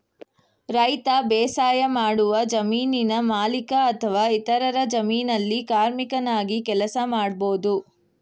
ರೈತ ಬೇಸಾಯಮಾಡುವ ಜಮೀನಿನ ಮಾಲೀಕ ಅಥವಾ ಇತರರ ಜಮೀನಲ್ಲಿ ಕಾರ್ಮಿಕನಾಗಿ ಕೆಲಸ ಮಾಡ್ಬೋದು